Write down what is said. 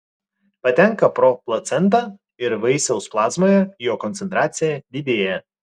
patenka pro placentą ir vaisiaus plazmoje jo koncentracija didėja